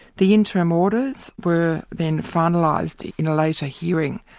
the interim orders were then finalised in a later hearing,